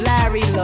Larry